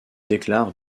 déclare